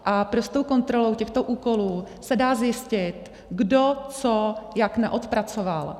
A prostou kontrolou těchto úkolů se dá zjistit, kdo co jak neodpracoval.